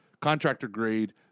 contractor-grade